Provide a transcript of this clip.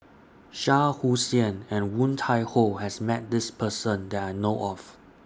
Shah Hussain and Woon Tai Ho has Met This Person that I know of